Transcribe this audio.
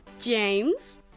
James